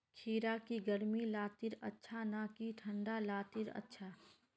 खीरा की गर्मी लात्तिर अच्छा ना की ठंडा लात्तिर अच्छा?